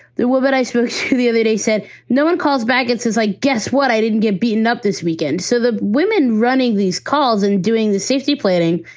the woman i spoke to the other day said no one calls back and says, i guess what, i didn't get beaten up this weekend. so the women running these calls and doing the safety planning,